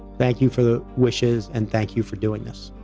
thank you for the wishes. and thank you for doing this.